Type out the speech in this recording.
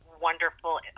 wonderful